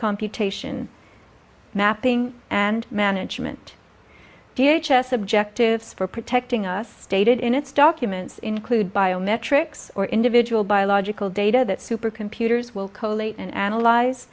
computation mapping and management d h s s objectives for protecting us stated in its documents include bio metrics or individual biological data that supercomputers will cooperate and analyze